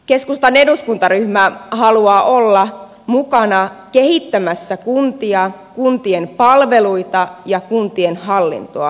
keskustan eduskuntaryhmä haluaa olla mukana kehittämässä kuntia kuntien palveluita ja kuntien hallintoa